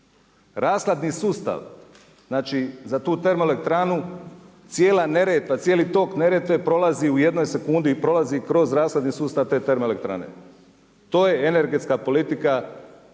Rashladni sustav za tu termoelektranu, cijela Neretva, cijeli tok Neretve prolazi u jednoj sekundi i prolazi kroz rashladni sustav te termoelektrane. To je energetska politika